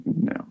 no